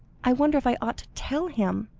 i wonder if i ought to tell him?